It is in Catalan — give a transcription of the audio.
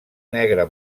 negre